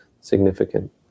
significant